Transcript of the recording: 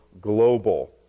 global